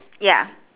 ya